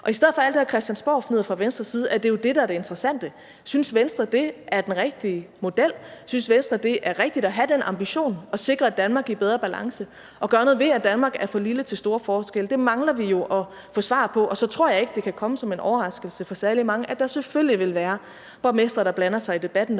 I stedet for alt det her Christiansborgfnidder fra Venstres side er det jo det, der er det interessante. Synes Venstre, at det er den rigtige model? Synes Venstre, at det er rigtigt at have den ambition at sikre et Danmark i bedre balance og gøre noget ved, at Danmark er for lille til store forskelle? Det mangler vi jo at få svar på. Og så tror jeg ikke, det kan komme som en overraskelse for særlig mange, at der selvfølgelig vil være borgmestre, der blander sig i debatten,